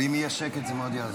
אבל אם יהיה שקט זה מאוד יעזור לי.